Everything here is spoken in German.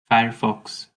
firefox